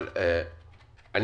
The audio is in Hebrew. אבל אני